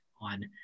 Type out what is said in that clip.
on